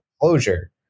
closure